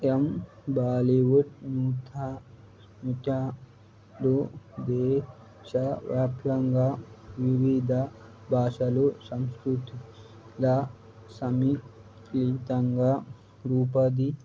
ఎం బాలీవుడ్ నూత నృత్యాలు దేశ వ్యాప్యంగా వివిధ భాషలు సంస్కృతిక సమీకృతంగా రూపొంది